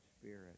spirit